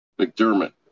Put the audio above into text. McDermott